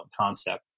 concept